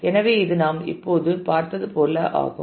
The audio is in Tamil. எனவே இது நாம் இப்போது பார்த்தது போல ஆகும்